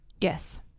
Yes